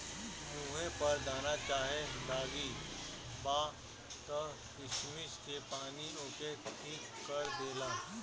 मुहे पर दाना चाहे दागी बा त किशमिश के पानी ओके ठीक कर देला